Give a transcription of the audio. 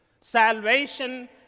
Salvation